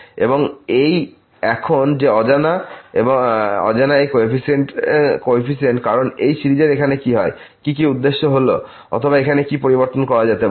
এবং এই এখন যে অজানা এই কোফিসিয়েন্টস কারণ এই সিরিজের এখানে কি হয় কি কি উদ্দেশ্য হল অথবা এখানে কি পরিবর্তন করা যেতে পারে